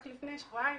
רק לפני שבועיים